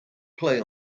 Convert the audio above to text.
play